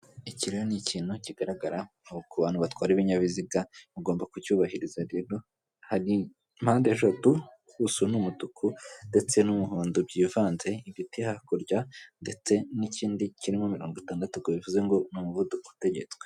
Iki rero ni ikintu kigaragara, nko ku bantu batwara ibinyabiziga, mugomba kucyubahiriza, rero hari pandeshatu, ubuso ni umutuku ndetse n'umuhondo byivanze, ibiti hakurya ndetse n'ikindi kirimo mirongo itandatu, ubwo bivuze ngo ni umuvuduko utegetswe.